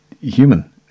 human